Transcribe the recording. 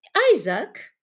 Isaac